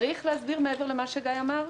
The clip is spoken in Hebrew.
האם צריך להסביר מעבר למה שגיא גולדמן אמר?